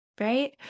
Right